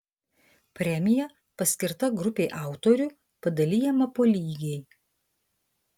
premija paskirta grupei autorių padalijama po lygiai